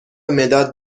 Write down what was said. مداد